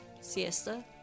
Siesta